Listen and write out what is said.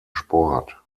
sport